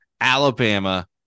Alabama